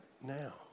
now